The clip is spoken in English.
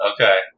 Okay